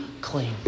clean